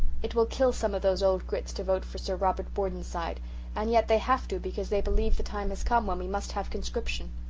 it will kill some of those old grits to vote for sir robert borden's side and yet they have to because they believe the time has come when we must have conscription.